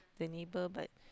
the neighbour but